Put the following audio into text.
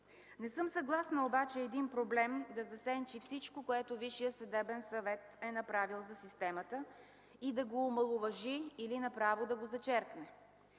Не съм съгласна обаче един проблем да засенчи всичко, което Висшият съдебен съвет е направил за системата и да го омаловажи или направо да го зачеркне.